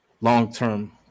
long-term